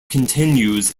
continues